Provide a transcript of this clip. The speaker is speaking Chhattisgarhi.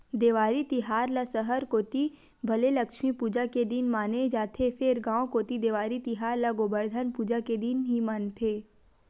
देवारी तिहार ल सहर कोती भले लक्छमी पूजा के दिन माने जाथे फेर गांव कोती देवारी तिहार ल गोबरधन पूजा के दिन ही मानथे